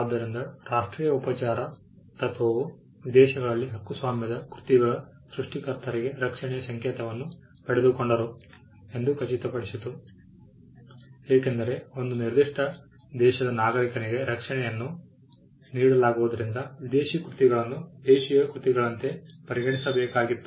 ಆದ್ದರಿಂದ ರಾಷ್ಟ್ರೀಯ ಉಪಚಾರ ತತ್ವವು ವಿದೇಶಗಳಲ್ಲಿ ಹಕ್ಕುಸ್ವಾಮ್ಯದ ಕೃತಿಗಳ ಸೃಷ್ಟಿಕರ್ತರಿಗೆ ರಕ್ಷಣೆಯ ಸಂಕೇತವನ್ನು ಪಡೆದುಕೊಂಡರು ಎಂದು ಖಚಿತಪಡಿಸಿತು ಏಕೆಂದರೆ ಒಂದು ನಿರ್ದಿಷ್ಟ ದೇಶದ ನಾಗರಿಕನಿಗೆ ರಕ್ಷಣೆಯನ್ನು ನೀಡಲಾಗುವುದರಿಂದ ವಿದೇಶಿ ಕೃತಿಗಳನ್ನು ದೇಶೀಯ ಕೃತಿಗಳಂತೆ ಪರಿಗಣಿಸಬೇಕಾಗಿತ್ತು